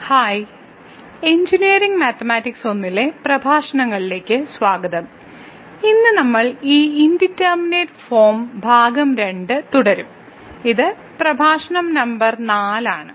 hi engineering mathematics I ലെ പ്രഭാഷണങ്ങളിലേക്ക് സ്വാഗതം ഇന്ന് നമ്മൾ ഈ ഇൻഡിറ്റർമിനെറ്റ് ഫോം ഭാഗം 2 തുടരും ഇത് പ്രഭാഷണ നമ്പർ 4 ആണ്